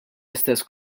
istess